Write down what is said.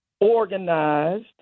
organized